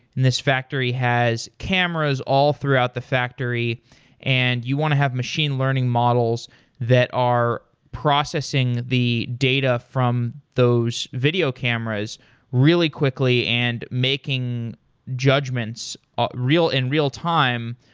and this factory has cameras all throughout the factory and you want to have machine learning model that are processing the data from those video cameras really quickly and making judgments ah in real time,